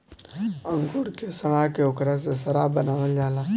अंगूर के सड़ा के ओकरा से शराब बनावल जाला